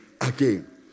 again